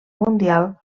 mundial